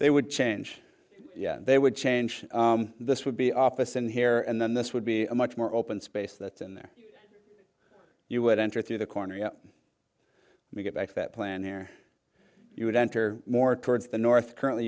they would change they would change this would be office in here and then this would be a much more open space that's in there you would enter through the corner we get back that plan where you would enter more towards the north currently